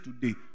today